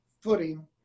footing